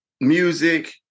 music